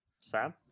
Sam